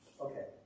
Okay